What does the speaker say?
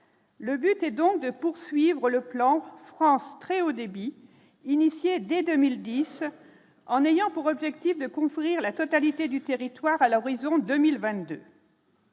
Le but est donc de poursuivre le plan France très Haut débit initié dès 2010 en ayant pour objectif de construire la totalité du territoire à l'horizon 2022.